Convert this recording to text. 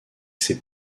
ses